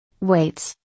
Weights